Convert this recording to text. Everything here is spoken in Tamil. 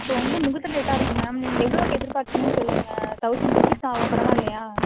இப்போது வந்து முகூர்த்த டேட்டாக இருக்குது மேம் நீங்கள் எவ்வளோக்கு எதிர்பார்க்கறிங்கனு சொல்லுங்கள் தொளசண்ட் ருப்பீஸ் ஆகும் பரவாயில்லையா